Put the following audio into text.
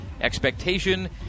expectation